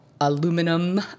aluminum